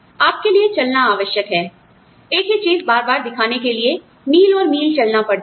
आप के लिए चलना आवश्यक है आप जानते हैं एक ही चीज बार बार दिखाने के लिए मील और मील चलना पड़ता है